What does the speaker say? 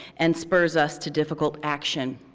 and spurs us to difficult action?